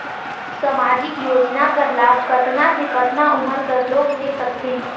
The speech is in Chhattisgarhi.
समाजिक योजना कर लाभ कतना से कतना उमर कर लोग ले सकथे?